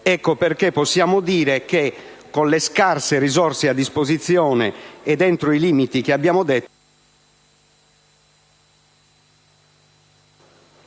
Ecco perché possiamo dire che, con le scarse risorse a disposizione ed entro i limiti che abbiamo detto,